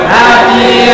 happy